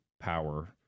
power